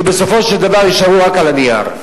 שבסופו של דבר יישארו רק על הנייר.